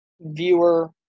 viewer